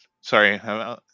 Sorry